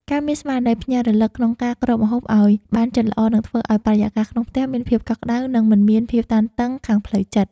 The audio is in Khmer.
ការមានស្មារតីភ្ញាក់រលឹកក្នុងការគ្របម្ហូបឱ្យបានជិតល្អនឹងធ្វើឱ្យបរិយាកាសក្នុងផ្ទះមានភាពកក់ក្តៅ និងមិនមានភាពតានតឹងខាងផ្លូវចិត្ត។